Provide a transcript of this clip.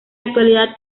actualidad